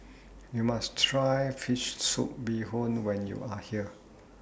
YOU must Try Fish Soup Bee Hoon when YOU Are here